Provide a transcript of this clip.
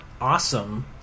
awesome